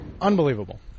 Unbelievable